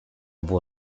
było